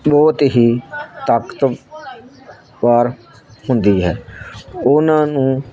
ਬਹੁਤ ਹੀ ਤਾਕਤਵਰ ਹੁੰਦੀ ਹੈ ਉਹਨਾਂ ਨੂੰ